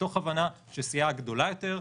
מתוך הבנה שסיעה גדולה יותר,